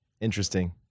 Interesting